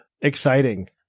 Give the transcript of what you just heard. Exciting